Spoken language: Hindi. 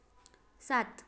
सात